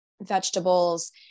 vegetables